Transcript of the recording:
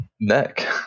neck